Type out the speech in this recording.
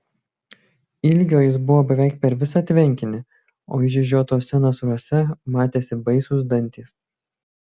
ilgio jis buvo beveik per visą tvenkinį o išžiotuose nasruose matėsi baisūs dantys